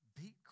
beat